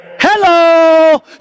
Hello